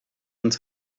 uns